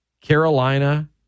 Carolina